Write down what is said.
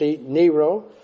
Nero